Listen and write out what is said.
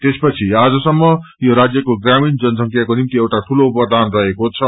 त्यस पछि आज सम यो राज्यको ग्रामीण जनसंख्याको निम्ति एउटा ड्रूलो वरदान रहेको छ